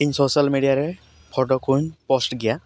ᱤᱧ social media ᱨᱮ photo ᱠᱩᱧ ᱯᱳᱥᱴ ᱜᱮᱭᱟ